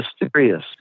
mysterious